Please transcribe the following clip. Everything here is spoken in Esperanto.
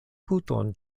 puton